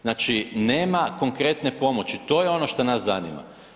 Znači nema konkretne pomoći, to je ono što nas zanima.